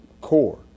core